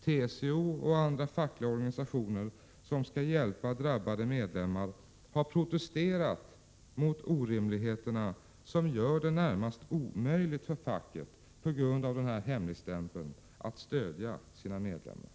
TCO och andra fackliga organisationer som skall hjälpa drabbade medlemmar har protesterat mot orimligheterna som gör det närmast omöjligt för facket på grund av hemligstämpeln att stödja sina medlemmar.